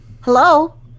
Hello